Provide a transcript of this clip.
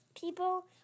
people